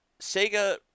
Sega